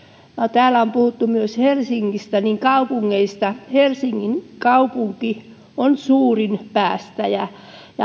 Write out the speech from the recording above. täällä on puhuttu myös helsingistä kaupungeista helsingin kaupunki on suurin päästäjä